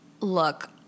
look